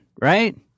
right